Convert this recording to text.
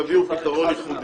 הם יביאו פתרון ייחודי.